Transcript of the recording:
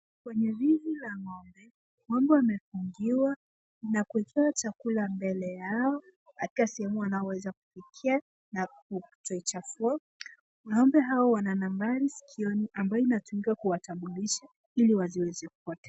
Kwenye zizi la ngombe, ngombe wamefungiwa na kuwekewa chakula mbele yao katika sehemu wanaoweza kufikia, ngombe hao wana nambari skioni ambayo inachunga kuwatambulisha ili wasiweze kupotea.